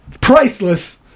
priceless